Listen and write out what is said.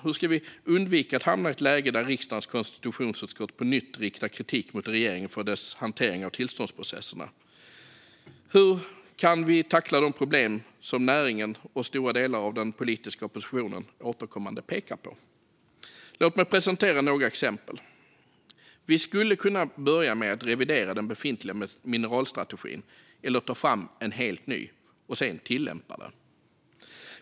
Hur ska vi undvika att hamna i ett läge där riksdagens konstitutionsutskott på nytt riktar kritik mot regeringen för dess hantering av tillståndsprocesserna? Hur kan vi tackla de problem som näringen och stora delar av den politiska oppositionen återkommande pekar på? Låt mig presentera några exempel. Vi skulle kunna börja med att revidera den befintliga mineralstrategin eller ta fram en ny och sedan tillämpa den.